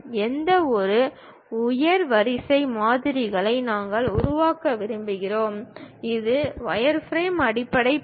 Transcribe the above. எந்தவொரு உயர் வரிசை மாதிரிகள் நாங்கள் உருவாக்க விரும்புகிறோம் ஒரு வயர்ஃப்ரேம் அடிப்படை படி